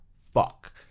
fuck